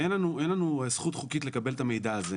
אין לנו זכות חוקית לקבל את המידע הזה.